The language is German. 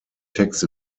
text